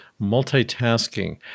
multitasking